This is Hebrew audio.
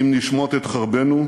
אם נשמוט את חרבנו,